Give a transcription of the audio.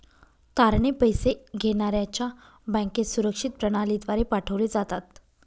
तारणे पैसे घेण्याऱ्याच्या बँकेत सुरक्षित प्रणालीद्वारे पाठवले जातात